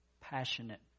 Passionate